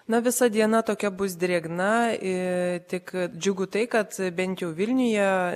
na visa diena tokia bus drėgna ir tik džiugu tai kad bent jau vilniuje